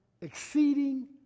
exceeding